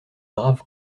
brave